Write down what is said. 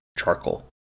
charcoal